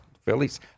Phillies